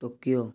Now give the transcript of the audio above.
Tokyo